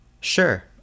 sure